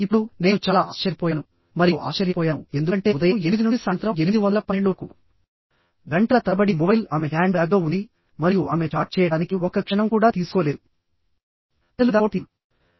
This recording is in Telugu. ఇప్పుడునేను చాలా ఆశ్చర్యపోయాను మరియు ఆశ్చర్యపోయాను ఎందుకంటే ఉదయం 8 నుండి సాయంత్రం 812 వరకు గంటల తరబడి మొబైల్ ఆమె హ్యాండ్బ్యాగ్లో ఉంది మరియు ఆమె చాట్ చేయడానికి ఒక్క క్షణం కూడా తీసుకోలేదు ప్రజలు లేదా ఫోటో తీయడం